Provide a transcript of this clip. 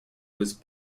was